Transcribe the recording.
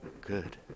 good